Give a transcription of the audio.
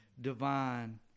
divine